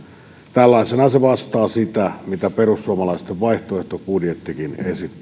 tällaisenaan se vastaa sitä mitä perussuomalaisten vaihtoehtobudjettikin esittää